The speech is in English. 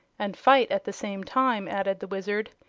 and fight at the same time, added the wizard.